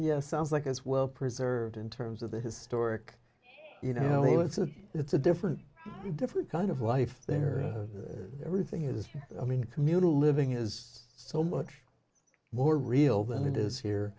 yes sounds like as well preserved in terms of the historic you know he was a it's a different different kind of life there everything is i mean communal living is so much more real than it is here